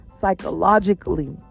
psychologically